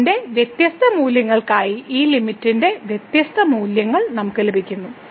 m ന്റെ വ്യത്യസ്ത മൂല്യങ്ങൾക്കായി ഈ ലിമിറ്റിന്റെ വ്യത്യസ്ത മൂല്യം നമ്മൾക്ക് ലഭിക്കുന്നു